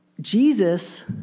Jesus